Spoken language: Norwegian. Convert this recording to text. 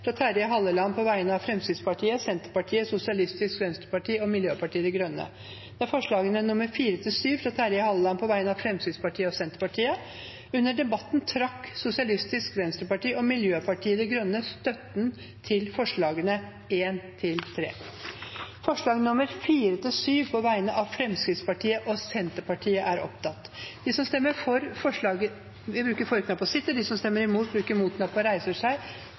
fra Terje Halleland på vegne av Fremskrittspartiet, Senterpartiet, Sosialistisk Venstreparti og Miljøpartiet De Grønne forslagene nr. 4–7, fra Terje Halleland på vegne av Fremskrittspartiet og Senterpartiet Under debatten trakk Sosialistisk Venstreparti og Miljøpartiet De Grønne støtten til forslagene nr. 1–3. Det voteres over forslagene nr. 4–7, fra Fremskrittspartiet og Senterpartiet. Forslag nr. 4 lyder: «Stortinget ber regjeringen legge fram forslag som